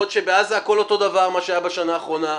יכול להיות שבעזה הכול אותו דבר מה שהיה בשנה האחרונה.